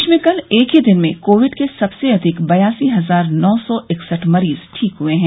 देश में कल एक ही दिन में कोविड के सबसे अधिक बयासी हजार नौ सौ इकसठ मरीज ठीक हुए हैं